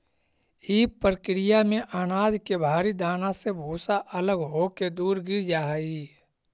इ प्रक्रिया में अनाज के भारी दाना से भूसा अलग होके दूर गिर जा हई